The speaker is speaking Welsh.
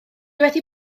wedi